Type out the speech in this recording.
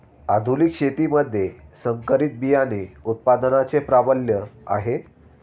आधुनिक शेतीमध्ये संकरित बियाणे उत्पादनाचे प्राबल्य आहे